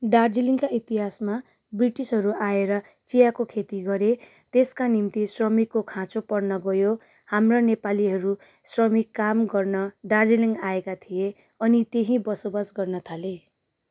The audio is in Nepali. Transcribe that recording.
दार्जिलिङका इतिहासमा ब्रिटिसहरू आएर चियाको खेती गरे त्यसका निम्ति श्रमिकको खाँचो पर्न गयो हाम्रा नेपालीहरू श्रमिक काम गर्न दार्जिलिङ आएका थिए अनि त्यहीँ बसोबास गर्न थाले